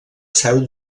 seu